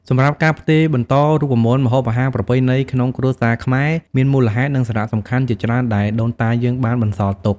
សម្រាប់ការផ្ទេរបន្តរូបមន្តម្ហូបអាហារប្រពៃណីក្នុងគ្រួសារខ្មែរមានមូលហេតុ និងសារៈសំខាន់ជាច្រើនដែលដូនតាយើងបានបន្សល់ទុក។